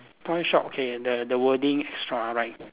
toy shop okay the the wording extra right